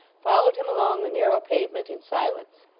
followed him along the narrow pavement in silence.